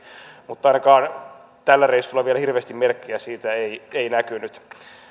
mutta ainakaan tällä reissulla vielä hirveästi merkkejä siitä ei ei näkynyt